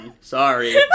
Sorry